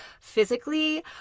physically